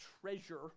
treasure